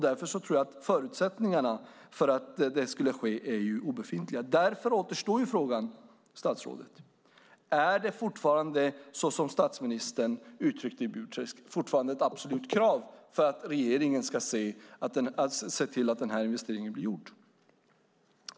Därför tror jag att förutsättningarna för att det skulle ske är obefintliga. Frågan återstår, statsrådet: Är det, som statsministern uttryckte det i Burträsk, fortfarande ett absolut krav för att regeringen ska se till att den här investeringen blir gjord?